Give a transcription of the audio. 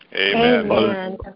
Amen